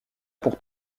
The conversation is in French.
pour